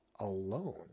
alone